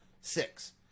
Six